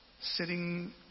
sitting